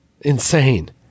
insane